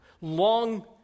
long